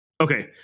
Okay